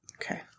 okay